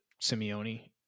Simeone